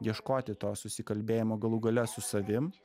ieškoti to susikalbėjimo galų gale su savim